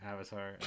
Avatar